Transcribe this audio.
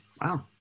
Wow